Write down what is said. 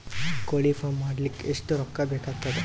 ಕೋಳಿ ಫಾರ್ಮ್ ಮಾಡಲಿಕ್ಕ ಎಷ್ಟು ರೊಕ್ಕಾ ಬೇಕಾಗತದ?